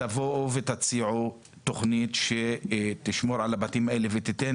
תבואו ותציעו תוכנית שתשמור על הבתים האלה ותיתן